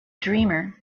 dreamer